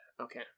Okay